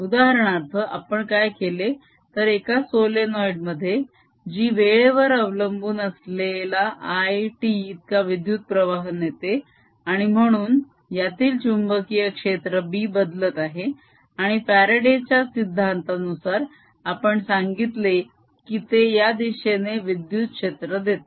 उदाहरणार्थ आपण काय केले तर एका सोलेनोईड मध्ये जी वेळेवर अवलंबून असलेला I t इतका विद्युत्प्रवाह नेते आणि म्हणून यातील चुंबकीय क्षेत्र B बदलत आहे आणि फ्यारडे च्या सिद्धांतावरून आपण सांगितले की ते या दिशेने विद्युत क्षेत्र देते